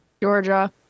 Georgia